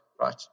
right